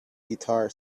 guitar